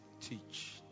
Teach